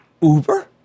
Uber